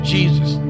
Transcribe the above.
Jesus